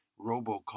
robocall